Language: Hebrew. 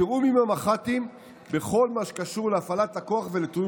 בתיאום עם המח"טים בכל מה שקשור להפעלת הכוח ולתיאום